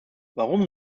warum